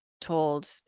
told